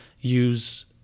use